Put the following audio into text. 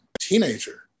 teenager